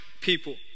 people